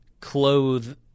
clothe